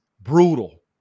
Brutal